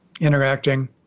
interacting